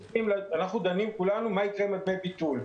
אנחנו דנים כולנו מה יקרה עם דמי הביטול,